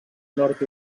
nord